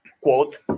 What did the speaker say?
quote